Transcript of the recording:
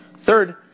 Third